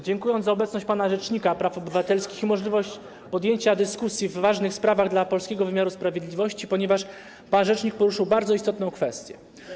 Dziękuję za obecność pana rzecznika praw obywatelskich i możliwość podjęcia dyskusji w ważnych sprawach dla polskiego wymiaru sprawiedliwości, ponieważ pan rzecznik poruszył bardzo istotną kwestię.